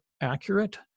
accurate